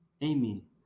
Amy